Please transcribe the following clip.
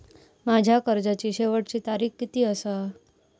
माझ्या कर्जाची शेवटची तारीख किती आसा?